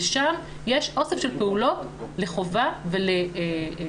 ושם יש אוסף של פעולות לחובה ולשיקול